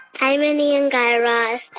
hi, mindy and guy raz.